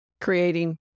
Creating